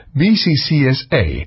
bccsa